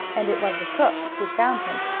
and it was the cook who found him.